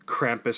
Krampus